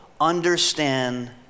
understand